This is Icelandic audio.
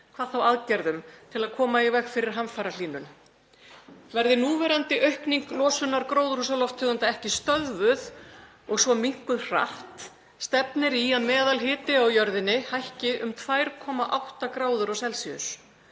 hvað þá aðgerðum, til að koma í veg fyrir hamfarahlýnun. Verði núverandi aukningu losunar gróðurhúsalofttegunda ekki stöðvuð og svo minnkuð hratt stefnir í að meðalhiti á jörðinni hækki um 2,8°C. Hann hefur